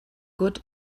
good